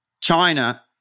China